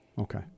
Okay